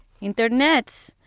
Internet